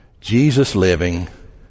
Jesus-living